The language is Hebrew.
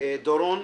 בבקשה: יהודה דורון,